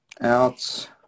out